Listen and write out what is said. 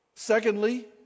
Secondly